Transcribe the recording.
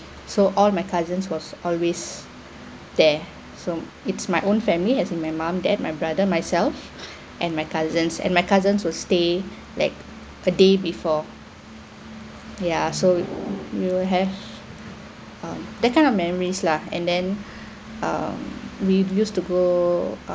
so all my cousins was always there so it's my own family as in my mum dad my brother myself and my cousins and my cousins will stay like a day before ya so we will have um that kind of memories lah and then err we've used to go